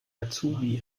azubi